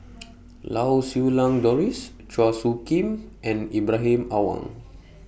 Lau Siew Lang Doris Chua Soo Khim and Ibrahim Awang